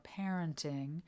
parenting